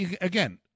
again